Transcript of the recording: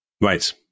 Right